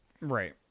right